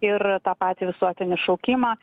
ir tą patį visuotinį šaukimą